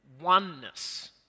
oneness